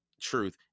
truth